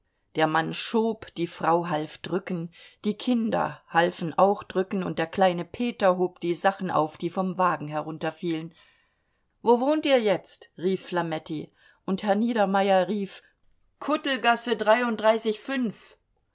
der mann schob die frau half drücken die kinder halfen auch drücken und der kleine peter hob die sachen auf die vom wagen herunterfielen wo wohnt ihr jetzt rief flametti und herr niedermeyer rief